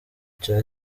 cya